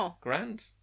Grand